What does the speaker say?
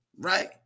Right